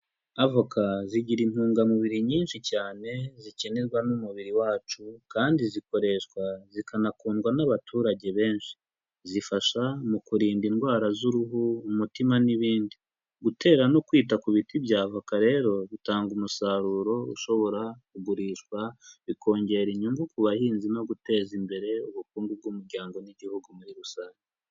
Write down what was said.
Avoka zigira intungamubiri nyinshi cyane zikenerwa n'umubiri wacu, kandi zikoreshwa zikanakundwa n'abaturage benshi; zifasha mu kurinda indwara z'uruhu, umutima n'ibindi. Gutera no kwita ku biti bya voka rero, bitanga umusaruro ushobora kugurishwa, bikongera inyungu ku bahinzi no guteza imbere ubukungu bw'umuryango n'igihugu muri rusange.